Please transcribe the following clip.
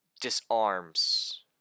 disarms